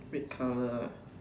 red colour